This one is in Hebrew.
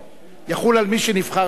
יחול על מי שנבחר לעשר שנים?